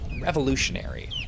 revolutionary